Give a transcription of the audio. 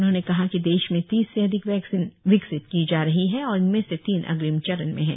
उन्होंने कहा कि देश में तीस से अधिक वैक्सीन विकसित की जा रही है और इनमें से तीन अग्रिम चरण में है